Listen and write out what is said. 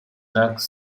tax